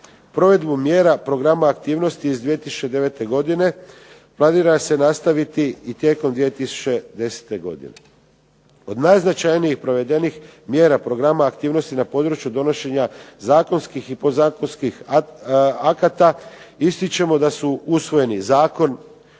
Provedbu mjera programa aktivnosti iz 2009. godine planira se nastaviti i tijekom 2010. godine. Od najznačajnijih provedenih mjera programa aktivnosti na području donošenja zakonskih i podzakonskih akata ističemo da su usvojeni Zakon